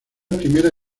primera